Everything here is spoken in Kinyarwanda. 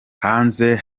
hanze